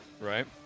Right